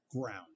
ground